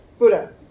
Buddha